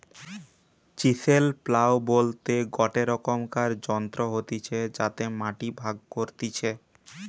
chisel plough বলতে গটে রকমকার যন্ত্র হতিছে যাতে মাটি ভাগ করতিছে